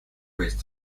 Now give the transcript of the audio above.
raised